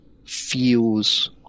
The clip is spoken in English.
feels